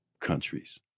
countries